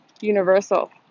universal